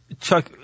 Chuck